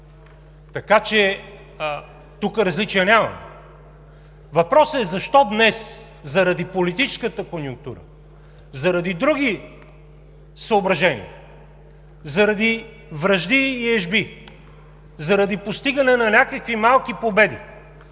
Така че тук различия нямаме. Въпросът е защо днес заради политическата конюнктура, заради други съображения, заради вражди и ежби, заради постигане на някакви малки победи,